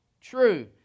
True